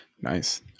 Nice